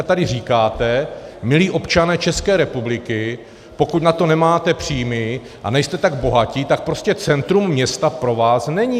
Vy jim teď tady říkáte milí občané České republiky, pokud na to nemáte příjmy a nejste tak bohatí, tak prostě centrum města pro vás není.